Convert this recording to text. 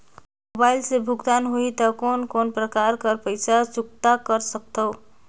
Mobile से भुगतान होहि त कोन कोन प्रकार कर पईसा चुकता कर सकथव?